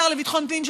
השר לביטחון פנים,